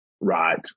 Right